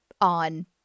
on